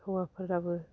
हौवाफोराबो